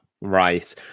Right